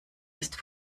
ist